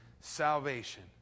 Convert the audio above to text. salvation